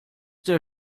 der